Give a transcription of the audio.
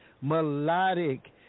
Melodic